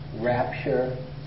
rapture